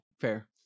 fair